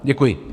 Děkuji.